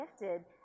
gifted